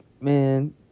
man